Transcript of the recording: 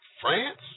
France